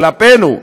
כלפינו.